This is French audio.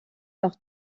par